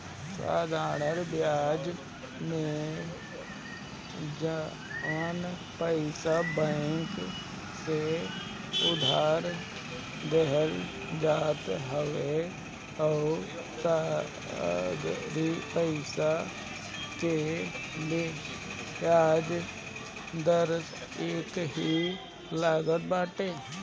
साधरण बियाज में जवन पईसा बैंक से उधार लेहल जात हवे उ सगरी पईसा के बियाज दर एकही लागत बाटे